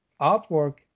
artwork